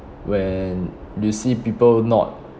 when you see people not